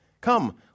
Come